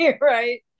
right